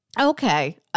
Okay